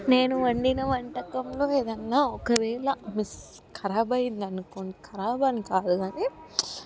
నేను వండిన వంటకము ఏదన్నా ఒకవేళ మిస్ ఖరాబయిందనుకో ఖరాబని కాదు కాని